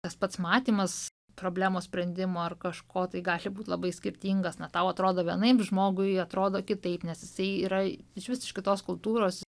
tas pats matymas problemos sprendimo ar kažko tai gali būt labai skirtingas na tau atrodo vienaip žmogui atrodo kitaip nes jisai yra išvis iš kitos kultūros